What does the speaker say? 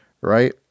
right